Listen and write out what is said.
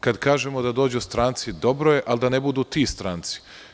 Kada kažemo da dođu stranci, dobro je, ali da ne budu ti stranci.